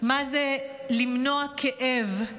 מה זה למנוע כאב,